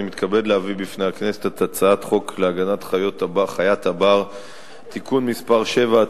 אני מתכבד להביא בפני הכנסת את הצעת חוק להגנת חיית הבר (תיקון מס' 7),